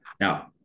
Now